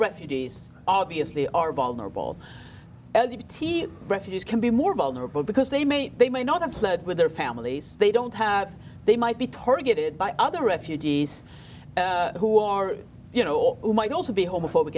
refugees obviously are vulnerable at the t refuse can be more vulnerable because they may they may not apply with their families they don't have they might be targeted by other refugees who are you know or who might also be homophobic